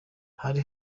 hari